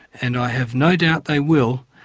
and i have no doubt they will,